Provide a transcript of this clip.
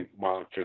monitor